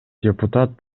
депутат